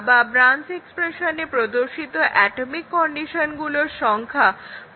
অর্থাৎ যদি একটা ব্রাঞ্চ এক্সপ্রেশনে n সংখ্যক অ্যাটমিক এক্সপ্রেশন থাকে তাহলে আমাদের 2n সংখ্যক টেস্ট কেসের প্রয়োজন হবে